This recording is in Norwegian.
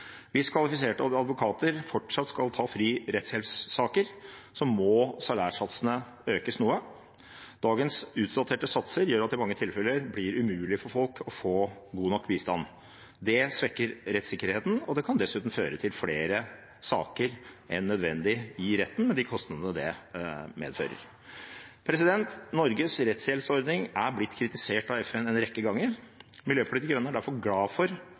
Hvis kvalifiserte advokater fortsatt skal ta fri-rettshjelp-saker, må salærsatsene økes noe. Dagens utdaterte satser gjør at det i mange tilfeller blir umulig for folk å få god nok bistand. Det svekker rettssikkerheten, og det kan dessuten føre til flere saker enn nødvendig i retten, med de kostnadene det medfører. Norges rettshjelpsordning er blitt kritisert av FN en rekke ganger. Miljøpartiet De Grønne er derfor glad for